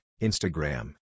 Instagram